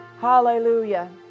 Hallelujah